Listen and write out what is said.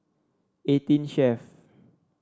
Eighteen Chef